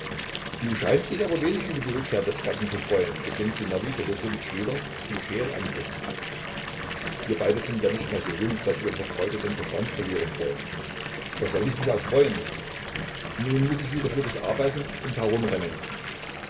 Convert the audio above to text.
du scheinst dich aber wenig über die rückkehr des gatten zu freuen beginnt sinowij borissowitsch wieder sie scheel anblickend wir beide sind ja nicht mehr so jung daß wir vor freude den verstand verlieren sollen was soll ich mich auch freuen nun muß ich wieder für dich arbeiten und herumrennen